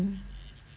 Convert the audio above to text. mmhmm